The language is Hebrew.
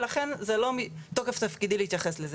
ולכן זה לא מתפקידי להתייחס לזה.